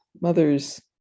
mother's